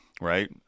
right